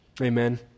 Amen